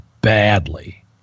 badly